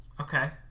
Okay